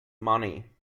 money